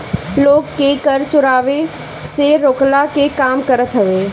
लोग के कर चोरावे से रोकला के काम करत हवे